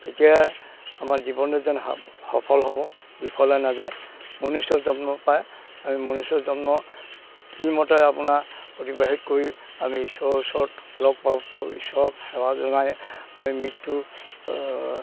তেতিয়া আমাৰ জীৱনে যেন সফল হ'ব বিফলে নাযায় মনুষ্য জন্ম পায় আৰু মনুষ্য জন্ম কি মতে আপোনাৰ অতিবাহিত কৰি আমি ইশ্বৰৰ ওচৰত লগ পাব পাৰোঁ ইশ্বৰক সেৱা জনাই আমি মৃত্যু